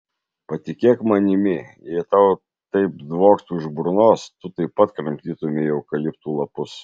patikėk manimi jei tau taip dvoktų iš burnos tu taip pat kramtytumei eukaliptų lapus